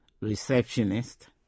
Receptionist